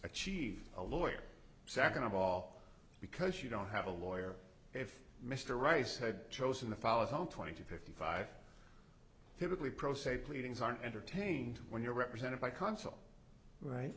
achieved a lawyer second of all because you don't have a lawyer if mr rice had chosen to follow home twenty to fifty five typically pro se pleadings aren't entertained when you're represented by counsel right